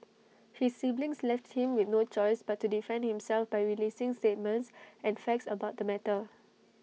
his siblings left him with no choice but to defend himself by releasing statements and facts about the matter